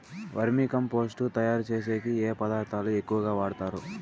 వర్మి compost తయారుచేసేకి ఏ పదార్థాలు ఎక్కువగా వాడుతారు